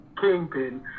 Kingpin